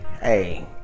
Hey